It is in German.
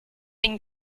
den